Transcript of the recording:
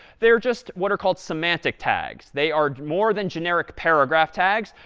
they are just what are called semantic tags. they are more than generic paragraph tags,